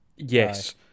Yes